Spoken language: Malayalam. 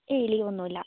ഏ ലീവൊന്നൂല്ല